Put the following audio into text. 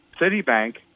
Citibank